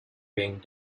paying